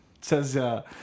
says